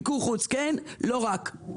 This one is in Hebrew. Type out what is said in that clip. מיקור חוץ כן, אבל לא רק.